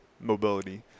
mobility